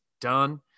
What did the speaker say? done